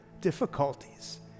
difficulties